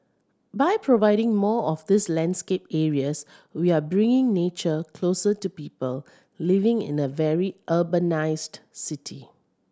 by providing more of these landscape areas we're bringing nature closer to people living in a very urbanised city